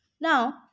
Now